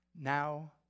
now